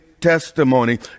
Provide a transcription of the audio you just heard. testimony